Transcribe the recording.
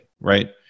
right